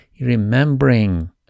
remembering